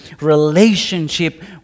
relationship